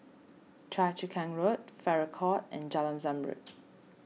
Choa Chu Kang Road Farrer Court and Jalan Zamrud